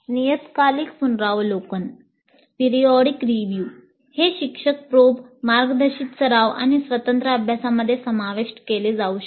नियतकालिक पुनरावलोकन मार्गदर्शित सराव आणि स्वतंत्र अभ्यासामध्ये समाविष्ट केले जाऊ शकते